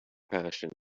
passion